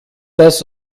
das